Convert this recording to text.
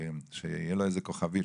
שתהיה לו איזו כוכבית,